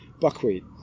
buckwheat